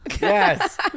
yes